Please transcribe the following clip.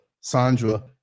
Sandra